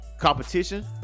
competition